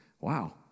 Wow